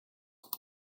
long